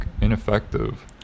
ineffective